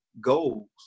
goals